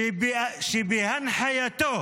שבהנחייתו